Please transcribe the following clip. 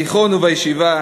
בתיכון ובישיבה